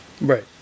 right